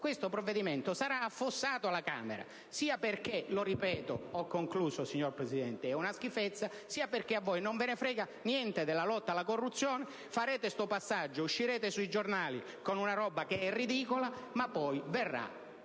Questo provvedimento sarà affossato alla Camera sia perché - lo ripeto e ho concluso, signor Presidente - è una schifezza, sia perché a voi non frega niente della lotta alla corruzione. Farete questo passaggio, uscirete sui giornali con una roba ridicola, ma poi verrà